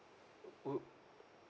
oh